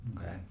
okay